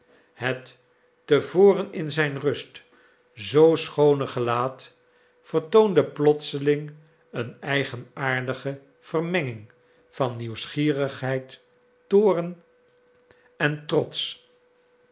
het te voren in zijn rust zoo schoone gelaat vertoonde plotseling een eigenaardige vermenging van nieuwsgierigheid toorn en trots